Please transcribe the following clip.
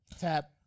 Tap